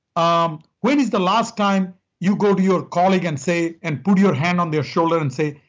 um when is the last time you go to your colleague and say, and put your hand on their shoulder and say,